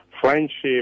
friendship